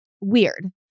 weird